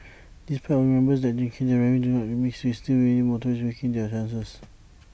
despite our reminders that drinking and driving do not mix we still see many motorists taking their chances